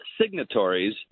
signatories